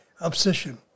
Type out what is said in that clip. obsession